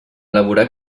elaborar